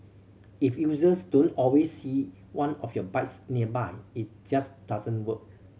if users don't always see one of your bikes nearby it just doesn't work